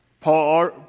Paul